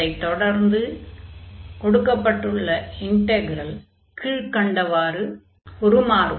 அதைத் தொடர்ந்து கொடுக்கப்பட்டுள்ள இன்டக்ரல் கீழ்க்கண்டவாறு உருமாறும்